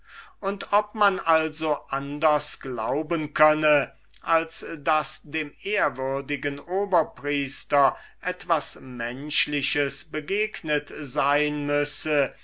und ob man also anders glauben könne als daß dem ehrwürdigen oberpriester etwas menschliches begegnet sein müsse